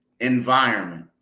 environment